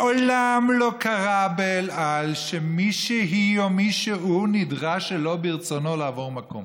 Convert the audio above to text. מעולם לא קרה באל על שמישהי או מישהו נדרש שלא ברצונו לעבור מקום.